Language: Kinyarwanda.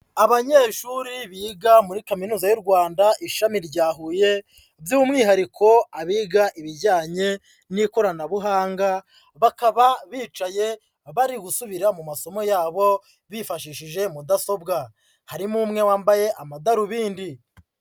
Abanyeshuri biga muri Kaminuza y'u Rwanda, ishami rya Huye by'umwihariko abiga ibijyanye n'ikoranabuhanga, bakaba bicaye bari gusubira mu masomo yabo bifashishije mudasobwa, harimo umwe wambaye amadarubindi.